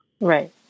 Right